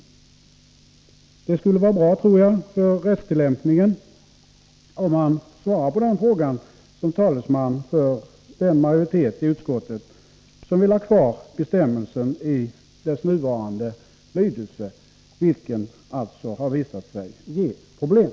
Jag tror att det skulle vara bra för rättstillämpningen om han som talesman för den majoritet i utskottet som vill ha kvar bestämmelsen i dess nuvarande lydelse svarade på den frågan, eftersom denna lydelse har visat sig ge problem.